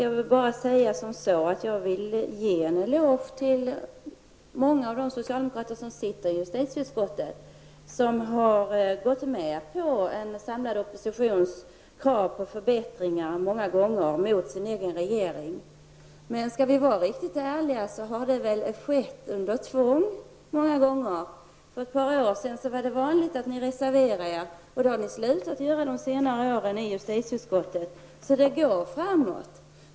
Jag vill gärna ge en eloge till många socialdemokrater i justitieutskottet vilka många gånger har gått med på en samlad oppositions krav på förbättringar. Det har de gjort mot sin egen regering. Men om de är riktigt ärliga måste de nog medge att det vid flera tillfällen har skett under tvång. För ett par år sedan var det vanligt att ni reserverade er i justitieutskottet, men det har ni slutat med under de senaste åren. Det går alltså framåt.